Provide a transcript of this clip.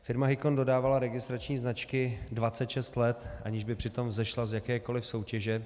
Firma Hicon dodávala registrační značky 26 let, aniž by přitom vzešla z jakékoliv soutěže.